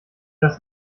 das